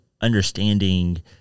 understanding